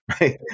right